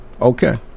Okay